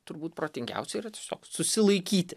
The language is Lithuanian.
turbūt protingiausia yra tiesiog susilaikyti